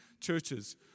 churches